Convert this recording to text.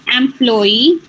employee